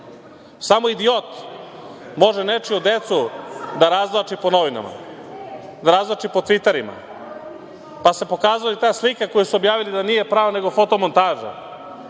Samo idiot može nečiju decu da razvlači po novinama, da razvlači po „Tviteru“, pa se pokazalo da i ta slika koju su objavili da nije prava, nego fotomontaža.